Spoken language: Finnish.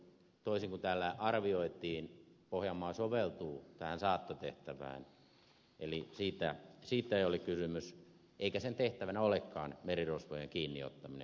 toisin kuin täällä arvioitiin pohjanmaa soveltuu tähän saattotehtävään eli siitä ei ole kysymys eikä sen tehtävänä olekaan merirosvojen kiinniottaminen